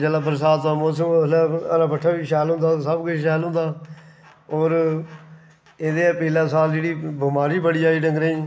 जिसलै बरसांत दा मौसम उसलै हरा भट्ठा बी शैल होंदा सब किश शैल होंदा होर एह्दे पिछलै साल जेह्ड़ी बमारी बड़ी आई डंगरें गी